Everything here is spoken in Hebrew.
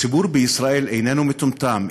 הציבור בישראל איננו מטומטם,